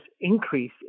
increase